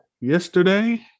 yesterday